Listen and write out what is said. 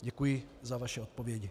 Děkuji za vaše odpovědi.